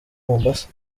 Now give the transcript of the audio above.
mombasa